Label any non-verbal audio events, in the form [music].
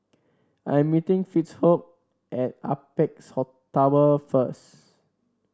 I am meeting Fitzhugh at Apex [unintelligible] Tower first